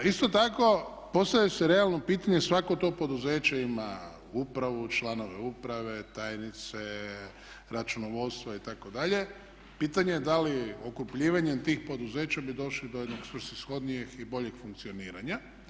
Isto tako postavlja se realno pitanje, svako to poduzeće ima upravu, članove uprave, tajnice, računovodstvo itd., pitanje je da li … tih poduzeća bi došli do jednog svrsishodnijeg i boljeg funkcioniranja.